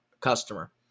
customer